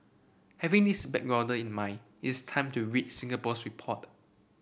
having this backgrounder in mind is time to read Singapore's report